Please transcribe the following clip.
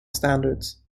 standards